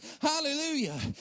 Hallelujah